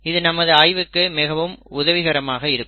இது நமது ஆய்வுக்கு மிகவும் உதவிகரமாக இருக்கும்